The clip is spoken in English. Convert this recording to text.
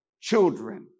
children